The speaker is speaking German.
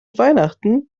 weihnachten